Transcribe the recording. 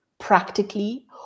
Practically